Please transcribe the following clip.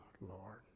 Lord